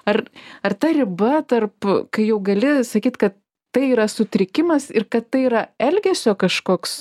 ar ar ta riba tarp kai jau gali sakyt kad tai yra sutrikimas ir kad tai yra elgesio kažkoks